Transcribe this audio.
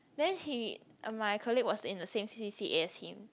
then he uh my colleague was from the same c_c_a as him